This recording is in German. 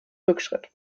rückschritt